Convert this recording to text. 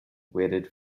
waited